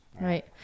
right